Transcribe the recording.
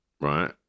right